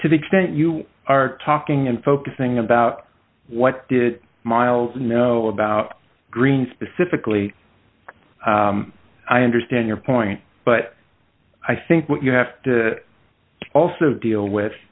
to the extent you are talking and focusing about what did myles know about green specifically i understand your point but i think what you have to also deal with